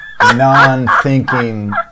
non-thinking